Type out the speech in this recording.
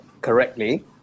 correctly